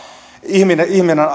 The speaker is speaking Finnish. ihminen